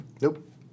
Nope